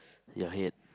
your head